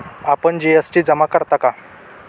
आपण जी.एस.टी जमा करता का?